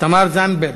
תמר זנדברג,